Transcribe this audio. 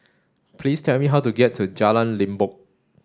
please tell me how to get to Jalan Limbok